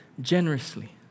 generously